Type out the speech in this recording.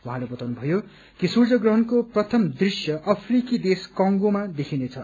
उझँले बताउनु भयो कि सूर्य ग्रहणस्रे प्रथम दृश्य अफ्रिकी देश कंगोमा देखिनेछ